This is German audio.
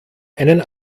einen